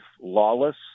lawless